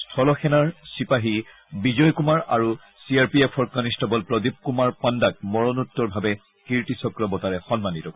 স্থল সেনাৰ চিপাহী বিজয় কুমাৰ আৰু চি আৰ পি এফৰ কনিষ্টবল প্ৰদীপ কুমাৰ পাণ্ডাক মৰণোত্তৰভাৱে কীৰ্তিচক্ৰ বঁটাৰে সন্মানিত কৰে